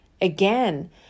again